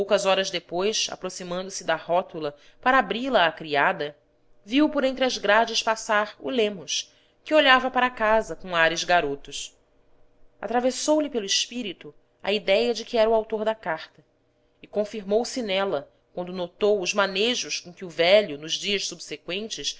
poucas horas depois aproximando-se da rótula para abri-la à criada viu por entre as grades passar o lemos que olhava para a casa com ares garotos atravessou-lhe pelo espírito a idéia de que era o autor da carta e confirmou se nela quando notou os manejos com que o velho nos dias subseqüentes